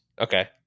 Okay